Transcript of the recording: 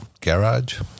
garage